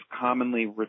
commonly